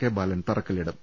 K Balan തറക്കല്ലിടും